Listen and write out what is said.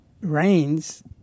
rains